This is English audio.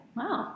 wow